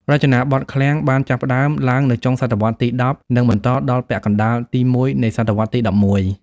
រចនាបថឃ្លាំងបានចាប់ផ្តើមឡើងនៅចុងសតវត្សរ៍ទី១០ និងបន្តដល់ពាក់កណ្តាលទី១នៃសតវត្សរ៍ទី១១។